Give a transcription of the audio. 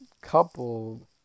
couple